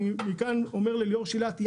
מכאן אני אומר לליאור שילת,